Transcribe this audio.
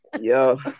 yo